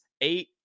eight